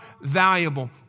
valuable